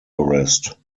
arrest